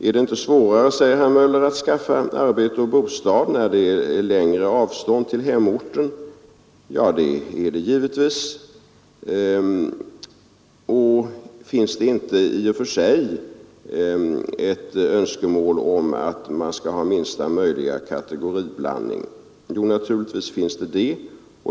Är det inte svårare att skaffa arbete och bostad, när avstånden är längre till de intagnas hemorter, frågade också herr Möller. Jo, det är det givetvis. Vidare frågade herr Möller om det inte i och för sig är ett önskemål att vi har minsta möjliga kategoriblandning. Jo, naturligtvis är det det.